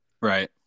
Right